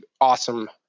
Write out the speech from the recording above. awesome